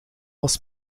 was